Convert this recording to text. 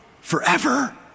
forever